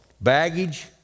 baggage